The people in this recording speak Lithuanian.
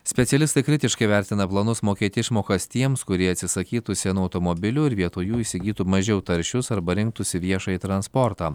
specialistai kritiškai vertina planus mokėt išmokas tiems kurie atsisakytų senų automobilių ir vietoj jų įsigytų mažiau taršius arba rinktųsi viešąjį transportą